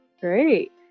Great